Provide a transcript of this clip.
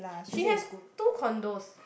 she has two condos